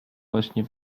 właśnie